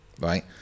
right